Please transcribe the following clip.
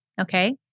okay